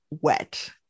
wet